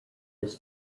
his